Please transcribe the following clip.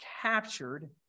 captured